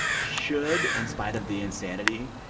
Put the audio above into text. should, in spite of the insanity,